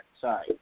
sorry